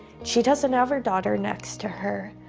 she doesn't have her daughter next to her,